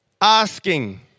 asking